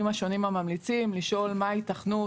השונים הממליצים לשאול מה ההיתכנות,